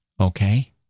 Okay